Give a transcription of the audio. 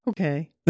Okay